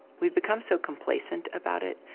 we've become so complacent about it,